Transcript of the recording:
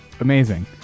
amazing